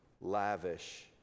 lavish